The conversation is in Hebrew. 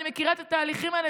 אני מכירה את התהליכים האלה,